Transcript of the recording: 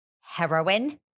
heroin